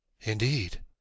Indeed